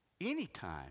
Anytime